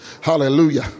Hallelujah